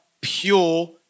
pure